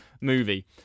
movie